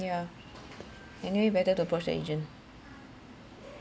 yeah anyway better to approach agent